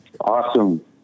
awesome